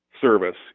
service